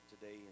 today